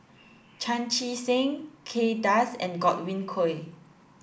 Chan Chee Seng Kay Das and Godwin Koay